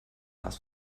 das